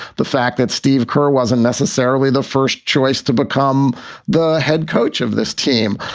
the fact that steve kerr wasn't necessarily the first choice to become the head coach of this team.